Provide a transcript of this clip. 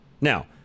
Now